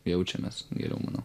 jaučiamės geriau manau